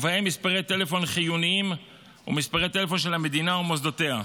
ובהם מספרי טלפון חיוניים ומספרי טלפון של המדינה ומוסדותיה,